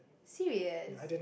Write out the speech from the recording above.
serious